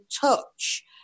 touch